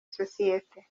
sosiyete